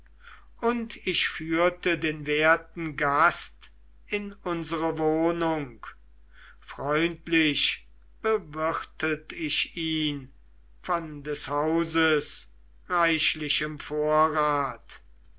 und ich führte den werten gast in unsere wohnung freundlich bewirtet ich ihn von des hauses reichlichem vorrat